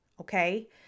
Okay